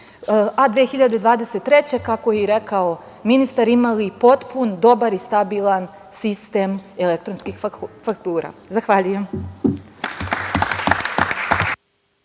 godine, kako je rekao ministar, imali potpun, dobar i stabilan sistem elektronskih faktura. Zahvaljujem.